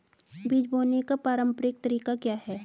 बीज बोने का पारंपरिक तरीका क्या है?